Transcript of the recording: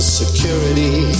security